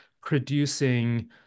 producing